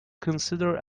considered